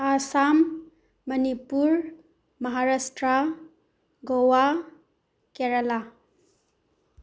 Assam Manipur Maharashtra Goa Kerala